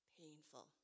painful